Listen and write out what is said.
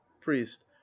priest